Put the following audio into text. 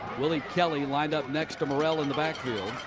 willie kelley lined up next to morrell in the backfield.